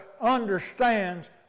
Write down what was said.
understands